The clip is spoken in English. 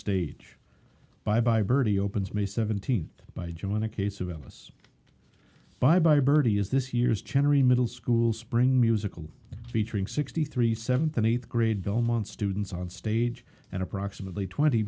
stage bye bye birdie opens may seventeenth by joy in a case of alice bye bye birdie is this year's cherry middle school spring musical featuring sixty three seventh and eighth grade belmont students on stage and approximately twenty